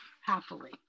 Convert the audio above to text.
happily